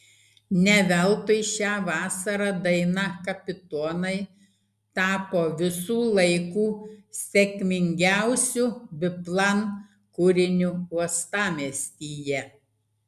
ne veltui šią vasarą daina kapitonai tapo visų laikų sėkmingiausiu biplan kūriniu uostamiestyje